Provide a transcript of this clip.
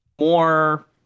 more